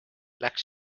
läks